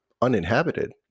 uninhabited